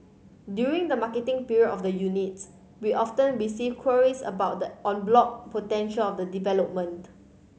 during the marketing period of the units we often receive queries about the en bloc potential of the development